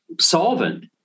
solvent